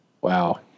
Wow